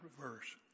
verse